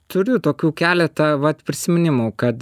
turiu tokių keletą vat prisiminimų kad